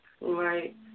Right